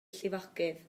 llifogydd